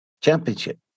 championship